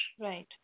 Right